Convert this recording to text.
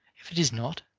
if it is not,